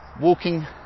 walking